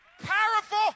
powerful